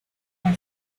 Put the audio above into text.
como